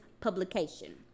publication